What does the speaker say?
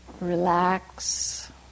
Relax